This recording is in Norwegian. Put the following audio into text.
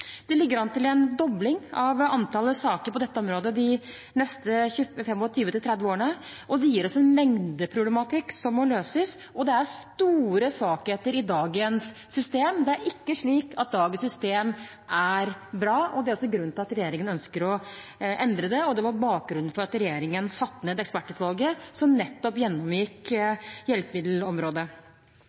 Det ligger an til en dobling av antallet saker på dette området de neste 25–30 årene, og det gir oss en mengdeproblematikk som må løses. Det er store svakheter i dagens system. Det er ikke slik at dagens system er bra. Det er også grunnen til at regjeringen ønsker å endre det, og det var bakgrunnen for at regjeringen satte ned ekspertutvalget, som nettopp gjennomgikk hjelpemiddelområdet.